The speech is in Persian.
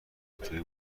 ابتدایی